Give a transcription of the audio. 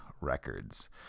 Records